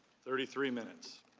thirty three minutes.